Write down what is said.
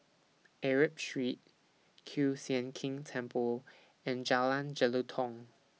Arab Street Kiew Sian King Temple and Jalan Jelutong